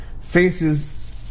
faces